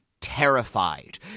terrified